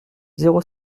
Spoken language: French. zéro